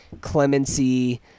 Clemency